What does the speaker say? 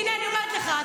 הינה, אני אומרת לך.